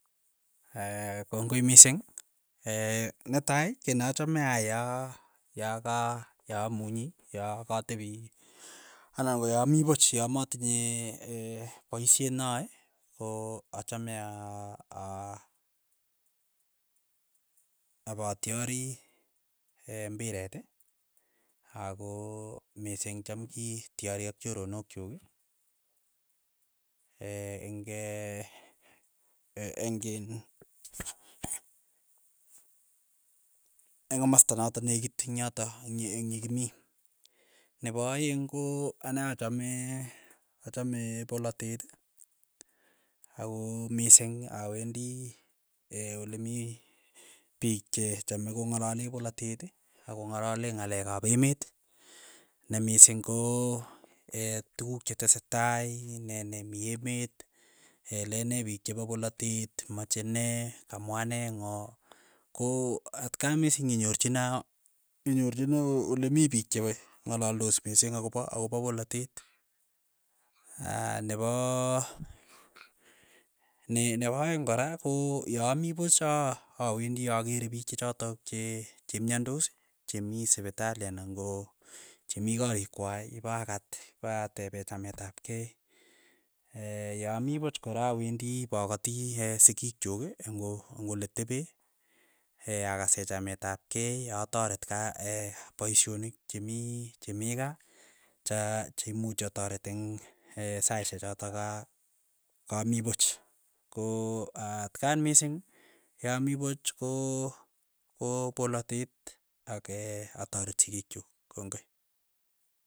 kongoi mising, netai, kiy nachame aai ya ya ka ya amunyi ya katepi anan ko ya ami puch, ya matinye paishet na ae ko achame a- a- apatyari imbiret ako mising cham kityari ak choronok chuk eng' eng' in eng' komasta natok nekit eng' yotok eng' eng' yekimii, nepo aeng' ko ane achame achame polatet ako mising awendi olemii piik che chame kong'alale polatet ako ng'alale ng'alek ap emet ne mising ko tukuk che tesetai mi ne nemii emet lene piik chepo polatet. mache nee, kamwa nee ng'o, ko atka me sinyinyorchina inyorchina o- olemii pik chepoi ng'alaldos mising ako pa ako pa polatet, aa nepo ne nepo aeng' kora ko ya ami puch aa awendi akere piik che chotok che chemyandos, che mii sipitali anan ko chemii korik kwai ipakat, ipatepe chamet ap kei, ya ami puch kora awendi pa kati sikiik chuk eng' ole tepee akase chamet ap kei ataret kaa paishonik chemi chemii kaa, cha cheimuch ataret eng' saishek chotok ka kamii puch, ko aa atkan mising ya mii puch ko polatet, ak ataret sikiik chuk.